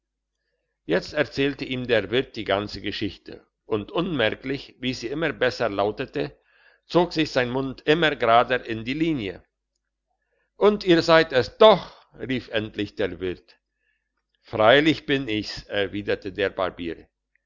jetzt erzählte ihm der wirt die ganze geschichte und unmerklich wie sie immer besser lautete zog sich sein mund immer gerade in die linie und ihr seid es doch rief endlich der wirt freilich bin ich's erwiderte der barbier